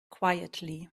quietly